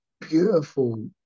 Beautiful